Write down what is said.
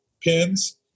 pins